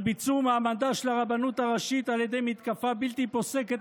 על ביצור מעמדה של הרבנות הראשית על ידי מתקפה בלתי פוסקת